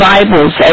Bibles